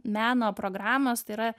meno programos tai yra